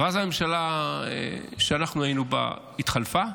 ואז הממשלה שהיינו בה התחלפה,